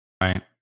right